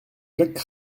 jacques